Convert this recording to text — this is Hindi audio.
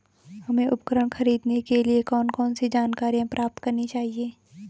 हमें उपकरण खरीदने के लिए कौन कौन सी जानकारियां प्राप्त करनी होगी?